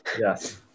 Yes